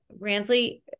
Ransley